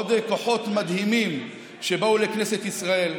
עוד כוחות מדהימים שבאו לכנסת ישראל.